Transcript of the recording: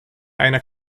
einer